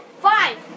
Five